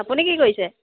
আপুনি কি কৰিছে